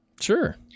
Sure